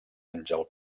àngel